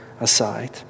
aside